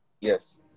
Yes